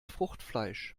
fruchtfleisch